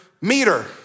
meter